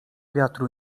wiatru